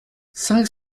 cinq